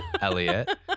Elliot